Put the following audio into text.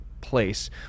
place